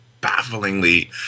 bafflingly